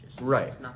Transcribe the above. Right